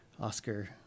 Oscar